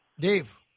Dave